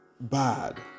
bad